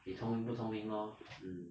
你聪明不聪明 lor mm